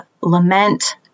lament